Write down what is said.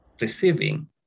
receiving